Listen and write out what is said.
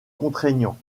contraignant